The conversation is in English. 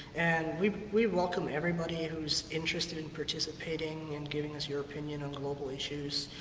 and we we welcome everybody who is interested in participating in giving us your opinion on global issues,